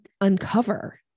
uncover